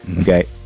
okay